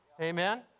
Amen